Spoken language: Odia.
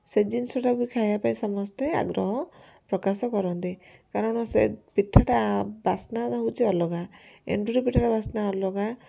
ସେ ଜିନିଷଟା ବି ଖାଇବା ପାଇଁ ସମସ୍ତେ ଆଗ୍ରହ ପ୍ରକାଶ କରନ୍ତି କାରଣ ସେ ପିଠାଟା ବାସ୍ନା ହଉଛି ଅଲଗା ଏଣ୍ଡୁରି ପିଠାର ବାସ୍ନା ଅଲଗା